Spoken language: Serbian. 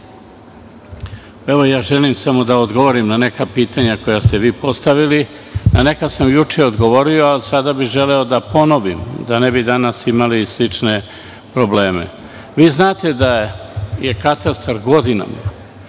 Ilić** Želim samo da odgovorim na neka pitanja koja ste vi postavili. Na neka sam juče odgovorio, a sada bih želeo da ponovim; da ne bi danas imali slične probleme. Vi znate da je katastar godinama